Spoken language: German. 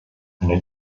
eine